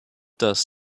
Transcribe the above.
does